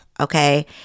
okay